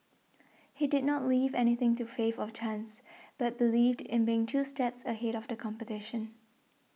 he did not leave anything to faith of chance but believed in being two steps ahead of the competition